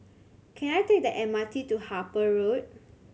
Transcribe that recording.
can I take the M R T to Harper Road